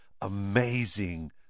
Amazing